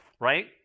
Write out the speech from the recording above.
right